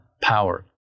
power